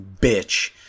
bitch